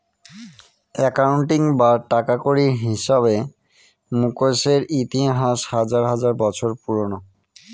accounting বা টাকাকড়ির হিসাবে মুকেশের ইতিহাস হাজার হাজার বছর পুরোনো